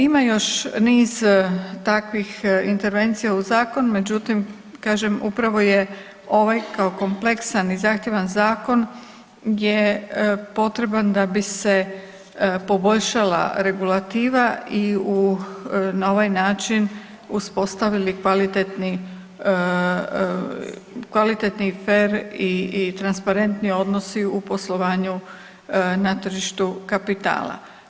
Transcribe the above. Ima još niz takvih intervencija u zakonu međutim kažem upravo je ovaj kao kompleksan i zahtjevan zakon je potreban da bi se poboljšala regulativa i u na ovaj način uspostavili kvalitetni, kvalitetni fer i transparentni odnosi u poslovanju na tržištu kapitala.